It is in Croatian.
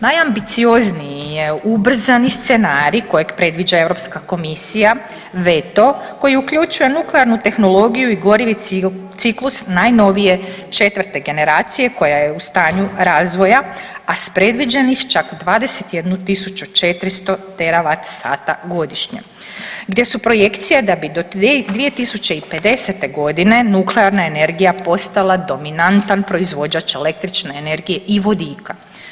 Najambiciozniji je ubrzani scenarij kojeg predviđa Europska komisija veto koja uključuje nuklearnu tehnologiju i gorivi ciklus najnovije 4. generacije koja je u stanju razvoja, a s predviđenih čak 21 tisuću 400 teravat sata godišnje, gdje su projekcije da bi do 2050. godine nuklearna energija postala dominantan proizvođač električne energije i vodika.